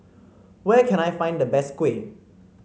where can I find the best kuih